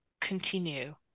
continue